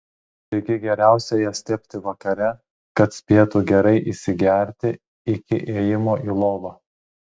taigi geriausia jas tepti vakare kad spėtų gerai įsigerti iki ėjimo į lovą